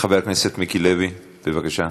חבר הכנסת מיקי לוי, בבקשה.